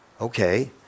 Okay